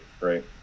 right